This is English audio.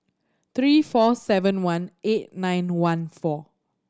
three four seven one eight nine one four